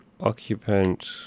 occupant